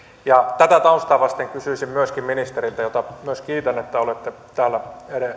tätä taustaa vasten kysyisin myöskin ministeriltä jota myös kiitän että olette täällä